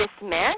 dismiss